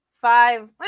Five